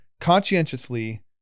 conscientiously